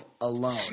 alone